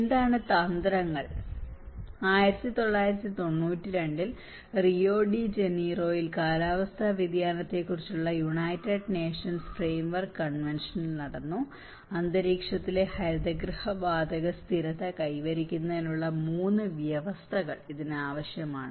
എന്താണ് തന്ത്രങ്ങൾ 1992 ൽ റിയോ ഡി ജനീറോയിൽ കാലാവസ്ഥാ വ്യതിയാനത്തെക്കുറിച്ചുള്ള യുണൈറ്റഡ് നേഷൻസ് ഫ്രെയിംവർക് കൺവെൻഷൻ നടന്നു അന്തരീക്ഷത്തിലെ ഹരിതഗൃഹ വാതക സ്ഥിരത കൈവരിക്കുന്നതിനുള്ള 3 വ്യവസ്ഥകൾ ഇതിന് ആവശ്യമാണ്